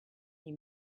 you